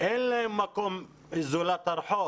אין להם מקום זולת הרחוב